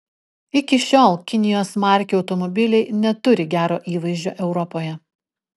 iki šiol kinijos markių automobiliai neturi gero įvaizdžio europoje